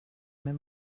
mig